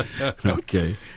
Okay